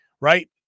right